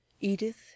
Edith